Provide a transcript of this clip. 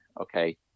okay